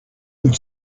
would